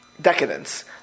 Decadence